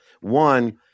One